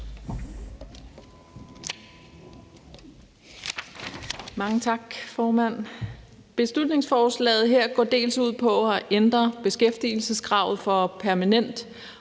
Mange tak, formand. Beslutningsforslaget her går bl.a. ud på at ændre beskæftigelseskravet for permanent